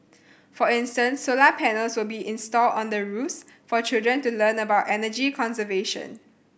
for instance solar panels will be installed on the roofs for children to learn about energy conservation